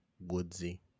woodsy